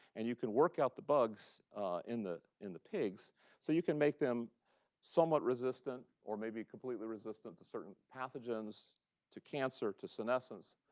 and you can work out the bugs in the in the pigs so you can make them somewhat resistant or maybe completely resistant to certain pathogens to cancer, to senescence,